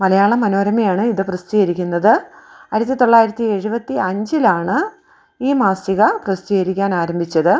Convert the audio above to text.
മലയാള മനോരമയാണ് ഇത് പ്രൃസിദ്ധീകരിക്കുന്നത് ആയിരത്തി തൊള്ളായിരത്തി എഴുപത്തി അഞ്ചിലാണ് ഈ മാസിക പ്രൃസിദ്ധീകരിക്കാൻ ആരംഭിച്ചത്